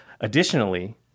Additionally